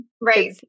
Right